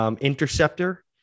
interceptor